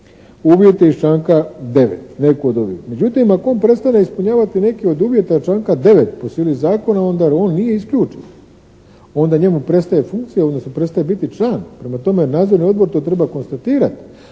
uvjete iz članka 9.